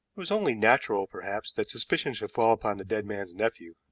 it was only natural, perhaps, that suspicion should fall upon the dead man's nephew.